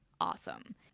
awesome